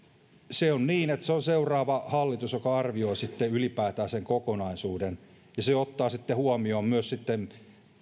se on niin että se on seuraava hallitus joka arvioi sitten ylipäätään sen kokonaisuuden ja se ottaa sitten huomioon myös sen